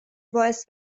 باعث